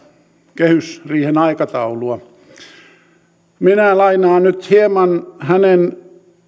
kehysriihen aikataulua minä lainaan nyt hieman hänen